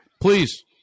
Please